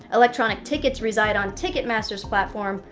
electronic tickets reside on ticket master's platform,